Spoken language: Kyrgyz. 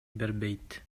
бербейт